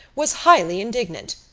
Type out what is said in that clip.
was highly indignant.